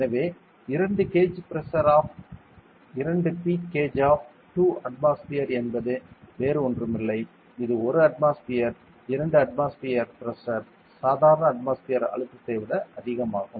எனவே 2 gauge pressure of 2 P gauge of 2 atmosphere என்பது வேறு ஒன்றும் இல்லை அது 1 அட்மாஸ்பியர் 2 அட்மாஸ்பியர் பிரஷர் சாதாரண அட்மாஸ்பியர் அழுத்தத்தை விட அதிகமாகும்